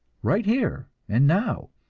right here and now,